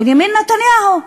בנימין נתניהו,